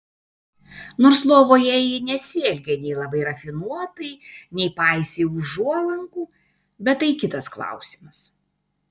nors lovoje ji nesielgė nei labai rafinuotai nei paisė užuolankų bet tai kitas klausimas